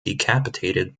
decapitated